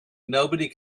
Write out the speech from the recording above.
nobody